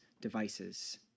devices